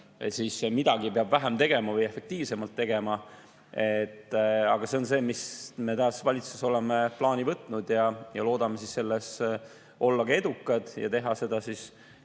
siis midagi peab vähem tegema või efektiivsemalt tegema. Aga see on see, mille me taas oleme valitsuses plaani võtnud, loodame selles olla edukad ja teha seda